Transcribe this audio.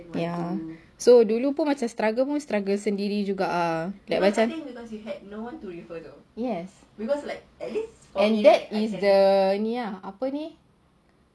ya so dulu pun macam struggle pun struggle sendiri juga like macam ah yes and that's the ni apa ni